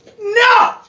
no